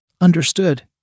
Understood